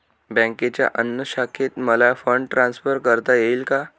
बँकेच्या अन्य शाखेत मला फंड ट्रान्सफर करता येईल का?